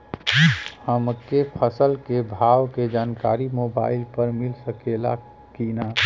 हमके फसल के भाव के जानकारी मोबाइल पर मिल सकेला की ना?